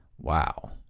Wow